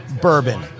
bourbon